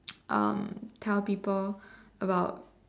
um tell people about